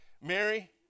Mary